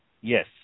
Yes